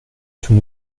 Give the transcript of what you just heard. tous